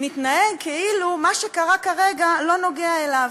נתנהג כאילו מה שקרה כרגע לא נוגע בו,